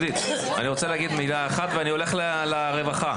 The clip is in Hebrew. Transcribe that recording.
שלא יפתו אותך ויבלבלו אותך עם התמונות האלה.